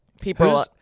people